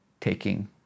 taking